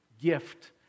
gift